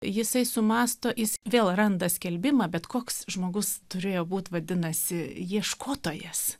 jisai sumąsto jis vėl randa skelbimą bet koks žmogus turėjo būt vadinasi ieškotojas